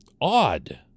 odd